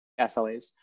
SLAs